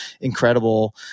incredible